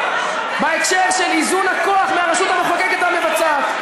בהקשר של איזון הכוח מהרשות המחוקקת והמבצעת.